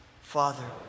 Father